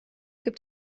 gibt